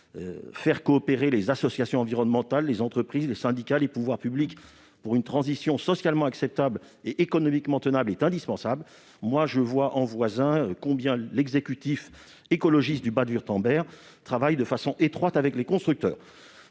Faire coopérer les associations environnementales, les entreprises, les syndicats, les pouvoirs publics pour une transition socialement acceptable et économiquement tenable est indispensable. Je constate, en voisin, combien l'exécutif écologiste du Bade-Wurtemberg parvient à travailler de façon étroite avec les constructeurs.